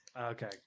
Okay